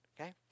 okay